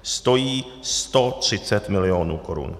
Stojí 130 milionů korun.